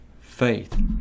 faith